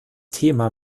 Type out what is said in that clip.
thema